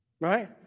Right